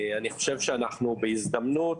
אני חושב שאנחנו בהזדמנות.